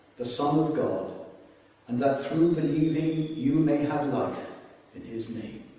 the son of god and that through believing you may have life in his name.